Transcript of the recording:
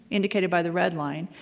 indicated by the red line,